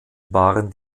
waren